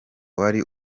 wari